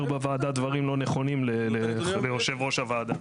בוועדה דברים לא נכונים ליושב-ראש הוועדה.